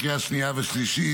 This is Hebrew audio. לקריאה השנייה והשלישית,